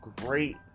great